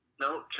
No